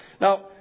Now